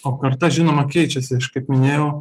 o karta žinoma keičiasi aš kaip minėjau